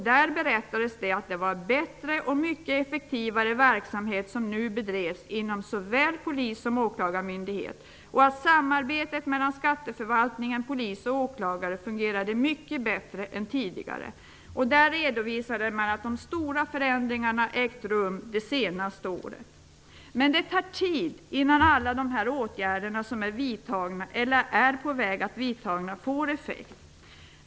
Där berättades att den verksamhet som nu bedrivs inom såväl polis som åklagarmyndighet är mycket bättre och effektivare och att samarbetet mellan skatteförvaltning, polis och åklagare fungerar mycket bättre än tidigare. De redovisade att de stora förändringarna ägt rum under det senaste året. Men det tar tid innan alla de åtgärder som är vidtagna eller som är på väg att vidtas får effekt.